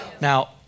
Now